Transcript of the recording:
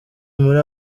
muri